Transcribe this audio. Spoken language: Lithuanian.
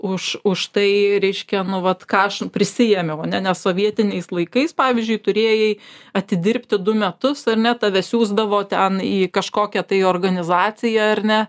už už tai reiškia nu vat ką aš prisiėmiau ane nes sovietiniais laikais pavyzdžiui turėjai atidirbti du metus ar ne tave siųsdavo ten į kažkokią tai organizaciją ar ne